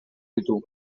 ditu